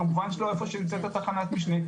כמובן שלא איפה שנמצאת תחנת המשנה,